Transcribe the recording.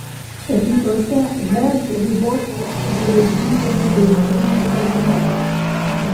rytuose lez ribosis su geležinkeliu gaižiūnai palemonas